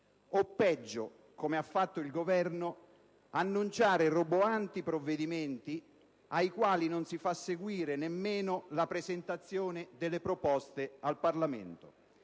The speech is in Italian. o peggio, come ha fatto il Governo, annunciare roboanti provvedimenti ai quali non si fa seguire nemmeno la presentazione delle proposte al Parlamento.